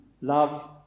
Love